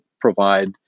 provide